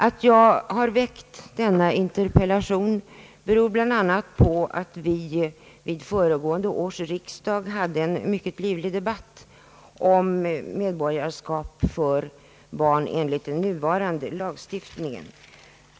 Att jag har väckt denna interpellation beror bl.a. på att vi vid föregående års riksdag hade en mycket livlig debatt om medborgarskap för barn enligt den nuvarande lagstiftningen.